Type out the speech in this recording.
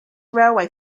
railway